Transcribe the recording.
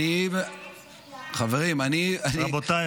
רבותיי,